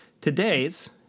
today's